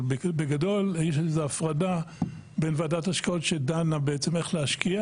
בגדול יש הפרדה בין ועדת ההשקעות שדנה איך להשקיע